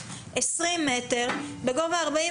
20 מטרים בגובה 45